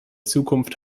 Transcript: zukunft